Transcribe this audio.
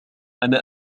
أنا